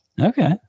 Okay